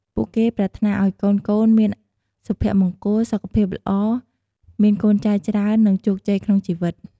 ពួកគេប្រាថ្នាឱ្យកូនៗមានសុភមង្គល សុខភាពល្អ មានកូនចៅច្រើន និងជោគជ័យក្នុងជីវិត។